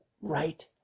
right